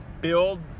build